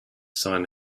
son